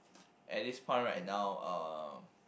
at this point right now uh